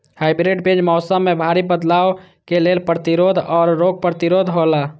hybrid बीज मौसम में भारी बदलाव के लेल प्रतिरोधी और रोग प्रतिरोधी हौला